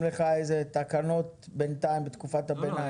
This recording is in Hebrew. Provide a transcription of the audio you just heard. לך איזה תקנות בינתיים בתקופת הביניים?